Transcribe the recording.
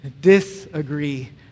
disagree